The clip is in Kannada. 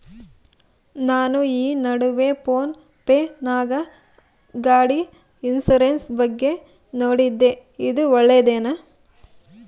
ನಾನು ಈ ನಡುವೆ ಫೋನ್ ಪೇ ನಾಗ ಗಾಡಿ ಇನ್ಸುರೆನ್ಸ್ ಬಗ್ಗೆ ನೋಡಿದ್ದೇ ಇದು ಒಳ್ಳೇದೇನಾ?